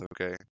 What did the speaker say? okay